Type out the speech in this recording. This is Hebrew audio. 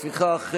לפיכך,